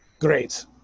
great